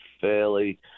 fairly